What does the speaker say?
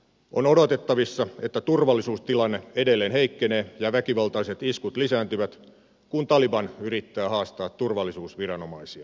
on odotettavissa että turvallisuustilanne edelleen heikkenee ja väkivaltaiset iskut lisääntyvät kun taliban yrittää haastaa turvallisuusviranomaisia